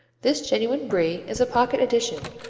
this genuine brie is a pocket edition,